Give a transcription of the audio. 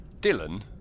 Dylan